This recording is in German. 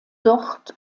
dort